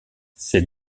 ces